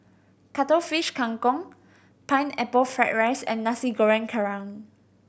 Cuttlefish Kang Kong Pineapple Fried rice and Nasi Goreng Kerang